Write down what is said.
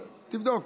תבדוק.